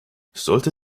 sollte